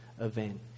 event